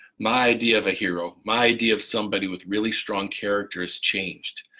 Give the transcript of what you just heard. my idea of a hero, my idea of somebody with really strong character has changed.